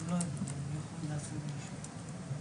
אני מגיעה לכאן היום לנסות להתחבר לדברים שדיברת עליהם לפני כן.